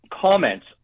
comments